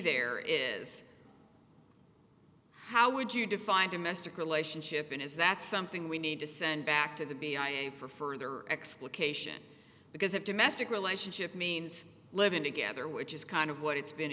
there is how would you define domestic relationship and is that something we need to send back to the b i a for further explication because of domestic relationship means living together which is kind of what it's been a